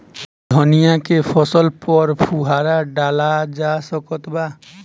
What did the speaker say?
धनिया के फसल पर फुहारा डाला जा सकत बा?